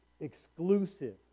exclusive